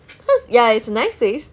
ya it's a nice place